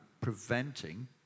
preventing